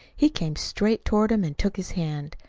he came straight toward him and took his hand.